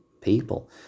people